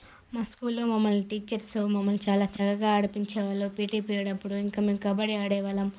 మా స్కూల్లో మమ్మల్ని టీచర్సు మమ్మలని చాలా చక్కగా ఆడిపించేవాళ్ళు పిటి పిరియడ్ అప్పుడు ఇంకా మేము కబడి ఆడేవాళ్ళం